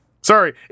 sorry